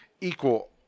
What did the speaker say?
equal